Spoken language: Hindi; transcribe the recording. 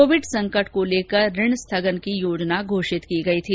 कोविड संकट को लेकर ऋण स्थगन की योजना घोषित की गई थी